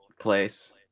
place